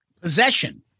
Possession